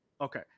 Okay